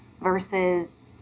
versus